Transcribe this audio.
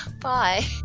bye